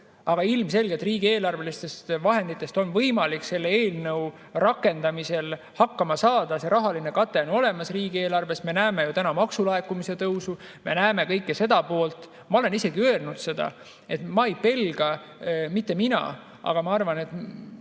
Aga ilmselgelt riigieelarveliste vahenditega on võimalik selle eelnõu rakendamisel hakkama saada, see rahaline kate on riigieelarves olemas. Me näeme ju täna maksulaekumise tõusu, me näeme kõike seda poolt. Ma olen isegi öelnud seda, et ma ei pelga – ja mitte [ainult] mina, vaid ma arvan, et